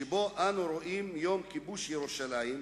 שבו אנו רואים יום כיבוש ירושלים,